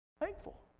thankful